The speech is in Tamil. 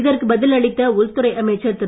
இதற்கு பதில் அளித்த உள்துறை அமைச்சர் திரு